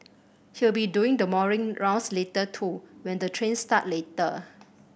he'll be doing the morning rounds later too when the trains start later